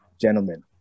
gentlemen